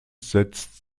setzt